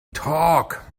talk